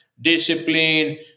discipline